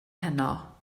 heno